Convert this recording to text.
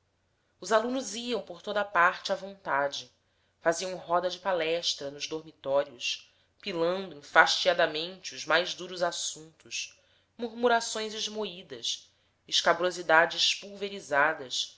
os alunos iam por toda parte à vontade faziam roda de palestra nos dormitórios pilando enfastiadamente os mais duros assuntos murmarações esmoídas escabrosidades pulverizadas